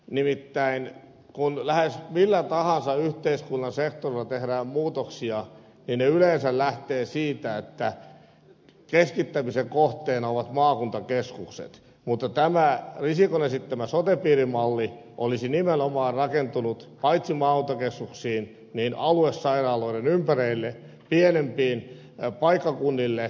nimittäin kun lähes millä tahansa yhteiskunnan sektorilla tehdään muutoksia ne yleensä lähtevät siitä että keskittämisen kohteena ovat maakuntakeskukset mutta tämä risikon esittämä sote piirimalli olisi nimenomaan rakentunut paitsi maakuntakeskuksiin myös aluesairaaloiden ympärille pienemmille paikkakunnille